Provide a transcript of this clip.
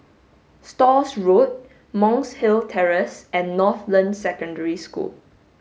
Stores Road Monk's Hill Terrace and Northland Secondary School